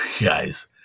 guys